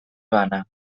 bana